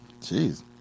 Jeez